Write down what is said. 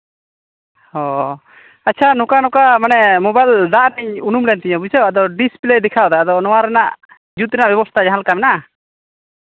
ᱚᱻ ᱟᱪᱪᱷᱟ ᱱᱚᱝᱠᱟ ᱱᱚᱝᱠᱟ ᱢᱟᱱᱮ ᱢᱳᱵᱟᱭᱤᱞ ᱫᱟᱜ ᱨᱮ ᱩᱱᱩᱢ ᱞᱮᱱ ᱛᱤᱧᱟᱹ ᱵᱩᱡᱷᱟᱹᱣ ᱟᱫᱚ ᱰᱤᱥᱯᱞᱮ ᱫᱮᱠᱷᱟᱣᱮᱫᱟᱭ ᱟᱫᱚ ᱚᱱᱟ ᱨᱮᱱᱟᱜ ᱡᱩᱛ ᱨᱮᱭᱟᱜ ᱵᱮᱵᱚᱥᱛᱷᱟ ᱡᱟᱦᱟᱸ ᱞᱮᱠᱟ ᱢᱮᱱᱟᱜᱼᱟ